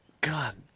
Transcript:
God